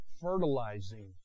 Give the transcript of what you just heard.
fertilizing